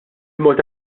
malta